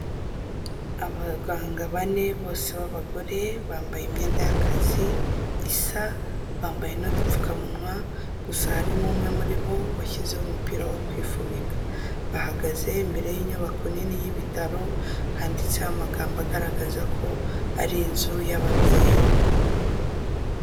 Abaganga bane bose b'abagore bambaye imyenda y'akazi isa, bambaye n'udupfukamunwa gusa harimo umwe muri bo washyize umupira wo kwifubika, bahagaze imbere y'inyubako nini y'ibitaro handitse amagambo agaragaza ko ari inzu y'ababyeyi.